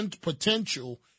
potential